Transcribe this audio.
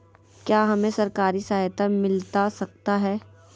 क्या हमे सरकारी सहायता मिलता सकता है?